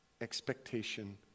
expectation